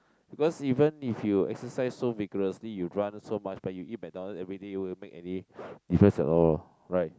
because even if you exercise so vigorously you run so much but you eat McDonald everyday it won't make any difference at all right